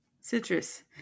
citrus